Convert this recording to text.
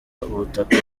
ubutaka